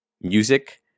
music